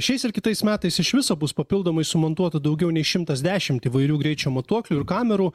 šiais ir kitais metais iš viso bus papildomai sumontuota daugiau nei šimtas dešimt įvairių greičio matuoklių ir kamerų